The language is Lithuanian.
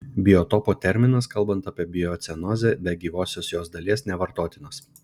biotopo terminas kalbant apie biocenozę be gyvosios jos dalies nevartotinas